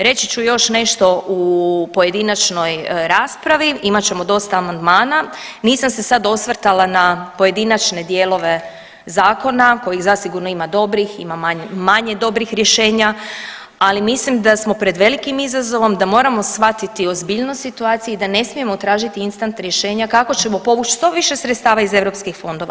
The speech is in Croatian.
Reći ću još nešto u pojedinačnoj raspravi, imat ćemo dosta amandmana, nisam se sad osvrtala na pojedinačne dijelove zakona koji zasigurno ima dobrih, ima manje dobrih rješenja, ali mislim da smo pred velikim izazovom, da moramo shvatiti ozbiljnost situacije i da ne smijemo tražiti instant rješenja kako ćemo povući što više sredstava iz EU fondova.